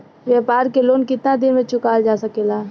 व्यापार के लोन कितना दिन मे चुकावल जा सकेला?